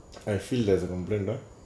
I feel there is a complaint ah